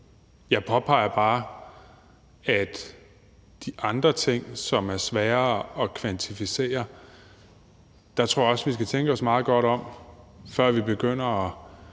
Jeg påpeger bare, at i forhold til de andre ting, som er sværere at kvantificere, tror jeg også, vi skal tænke os meget godt om, før vi begynder at